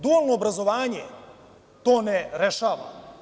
Dualno obrazovanje to ne rešava.